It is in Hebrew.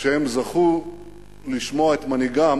שהם זכו לשמוע את מנהיגם